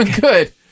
Good